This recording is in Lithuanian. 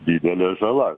didelė žala